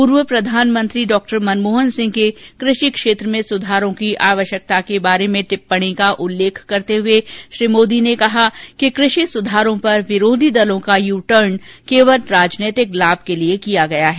पूर्व प्रधानमंत्री मनमोहन सिंह की कृषि क्षेत्र में सुधारों की आवश्यकता के बारे में टिप्पणी का उल्लेख करते हुए श्री मोदी ने कहा कि कृषि सुधारों पर विरोधी दलों का यू टर्न केवल राजनीतिक लाभ के लिए किया गया है